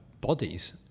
bodies